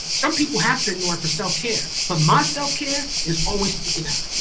some people have to ignore it for self-care. but my self-care is always speaking out.